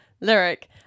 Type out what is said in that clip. lyric